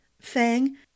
Fang